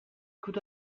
could